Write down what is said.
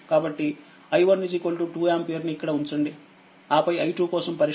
కాబట్టి i1 2ఆంపియర్ని ఇక్కడఉంచండిఆపైi2కోసం పరిష్కరించండి